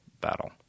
battle